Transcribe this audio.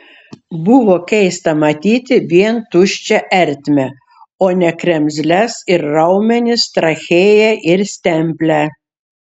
buvo keista matyti vien tuščią ertmę o ne kremzles ir raumenis trachėją ir stemplę